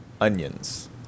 onions